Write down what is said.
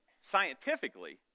scientifically